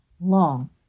long